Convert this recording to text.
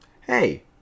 Hey